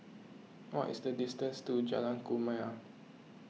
what is the distance to Jalan Kumia